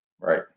Right